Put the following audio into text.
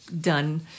done